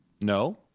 No